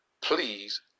please